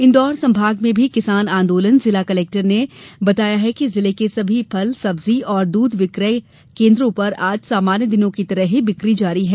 इंदौर संभाग में भी किसान आंदोलन जिला कलेक्टर ने बताया कि जिले के सभी फल सब्जी और दूध विक्रय केन्द्रों पर आज सामान्य दिनों की तरह ही बिक्री जारी है